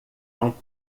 não